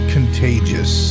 Contagious